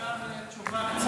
אפשר תשובה קצרה?